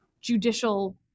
judicial